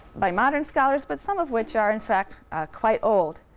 by modern scholars but some of which are in fact quite old.